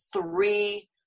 three